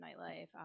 nightlife